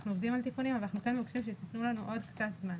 אנחנו עובדים על תיקונים אבל אנחנו כן מבקשים שתתנו לנו עוד קצת זמן.